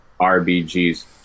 RBG's